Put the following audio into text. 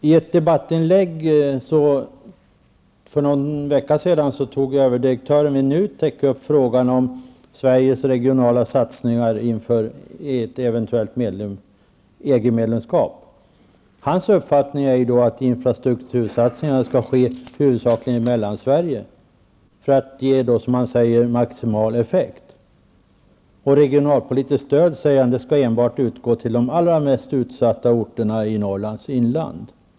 I ett debattinlägg för någon vecka sedan tog generaldirektören i NUTEK upp Sveriges regionala satsningar inför ett eventuellt EG medlemskap. Hans uppfattning är att infrastruktursatsningar huvudsakligen skall ske i Mellansverige för att de skall ge maximal effekt. Regionalpolitiskt stöd skall utgå enbart till de mest utsatta orterna i Norrlands inland.